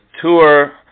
tour